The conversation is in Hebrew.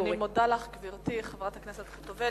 אני מודה לך, גברתי, חברת הכנסת חוטובלי.